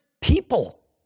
people